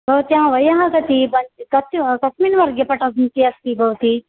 भवत्याः वयः कति कत्य कस्मिन् वर्गे पठन्ति अस्ति भवती